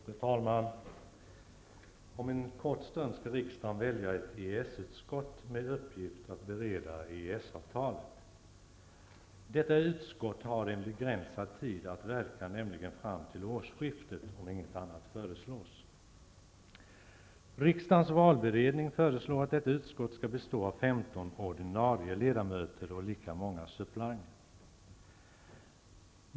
Fru talman! Om en kort stund skall riksdagen välja ett EES-utskott med uppgift att bereda EES avtalet. Detta utskott har en begränsad tid att verka, nämligen fram till årsskiftet, om inget annat föreslås. Riksdagens valberedning föreslår att utskottet skall bestå av 15 ordinarie ledamöter och lika många suppleanter.